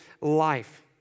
life